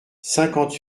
cinquante